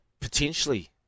Potentially